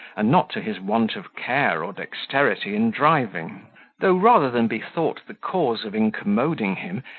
and not to his want of care or dexterity in driving though rather than be thought the cause of incommoding him,